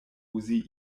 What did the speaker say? uzi